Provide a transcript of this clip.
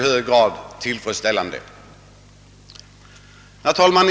Herr talman!